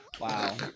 Wow